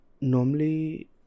normally